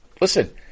listen